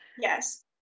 yes